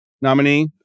nominee